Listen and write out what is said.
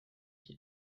qui